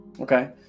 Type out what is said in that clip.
Okay